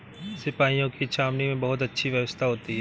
सिपाहियों की छावनी में बहुत अच्छी व्यवस्था होती है